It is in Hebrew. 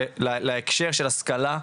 בהקשר של השכלה,